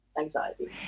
Anxiety